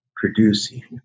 producing